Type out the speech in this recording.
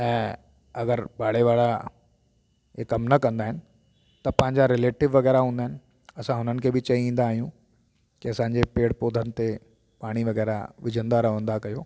ऐं अगरि पाड़े वारा हे कमु न कंदा आहिनि त पंहिंजा रिलेटिव वग़ैरह हूंदा आहिनि असां हुननि खे बि चई ईंदा आहियूं कि असांजे पेड़ पौधनि ते पाणी वग़ैरह विझंदा रहंदा कयो